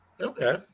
okay